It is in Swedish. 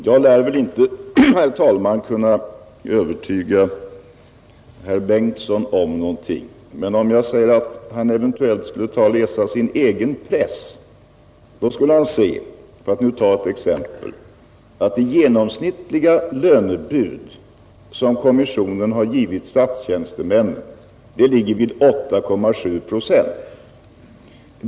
Herr talman! Jag lär inte kunna övertyga herr Bengtson om någonting, men om han skulle sätta sig ned och läsa även sin egen press skulle han se, för att nu ta ett exempel, att det genomsnittliga lönebud som kommissionen gett statstjänstemännen ligger vid 8,7 procent.